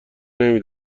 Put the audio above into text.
نمی